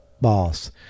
boss